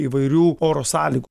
įvairių oro sąlygų